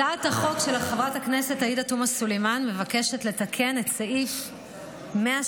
הצעת החוק של חברת הכנסת עאידה תומא סלימאן מבקשת לתקן את סעיף 179,